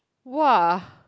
!woah!